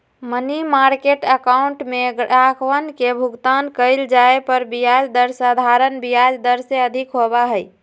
money market account में ग्राहकवन के भुगतान कइल जाये पर ब्याज दर साधारण ब्याज दर से अधिक होबा हई